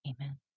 Amen